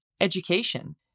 education